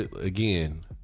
Again